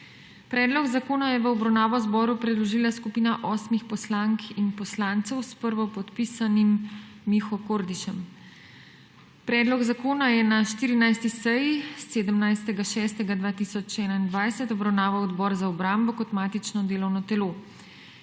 Predlog zakona je v obravnavo Državnemu zboru predložila skupina osmih poslank in poslancev s prvopodpisanim Miho Kordišem. Predloga zakona je na 14. seji 17. 6. 2021 obravnaval Odbor za obrambo kot matično delovno telo.